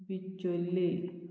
बिचोले